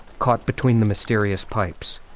caught between the mysterious pipes,